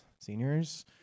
seniors